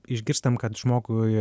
išgirstam kad žmogui